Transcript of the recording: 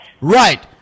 right